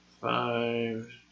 Five